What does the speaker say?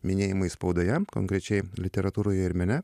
minėjimai spaudoje konkrečiai literatūroje ir mene